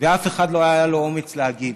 ואף אחד לא היה לו אומץ להגיד.